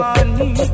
Money